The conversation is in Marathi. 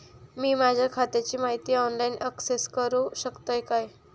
मी माझ्या खात्याची माहिती ऑनलाईन अक्सेस करूक शकतय काय?